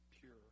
pure